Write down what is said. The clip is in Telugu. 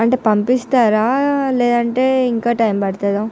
అంటే పంపిస్తారా లేదంటే ఇంకా టైం పడుతుందా